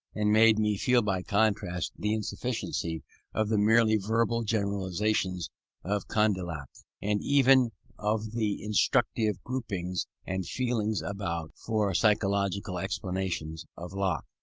and made me feel by contrast the insufficiency of the merely verbal generalizations of condillac, and even of the instructive gropings and feelings about for psychological explanations, of locke.